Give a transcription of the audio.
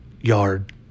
yard